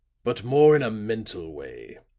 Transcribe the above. but more in a mental way.